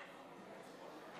בעד,